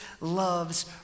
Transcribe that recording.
loves